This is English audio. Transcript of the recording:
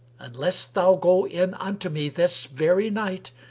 unless thou go in unto me this very night,